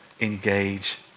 engage